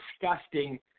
disgusting